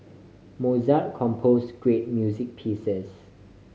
Mozart compose great music pieces